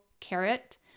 carrot